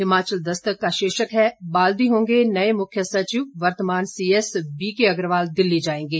हिमाचल दस्तक का शीर्षक है बाल्दी होंगे नए मुख्य सचिव वर्तमान सीएस बीके अग्रवाल दिल्ली जाएंगे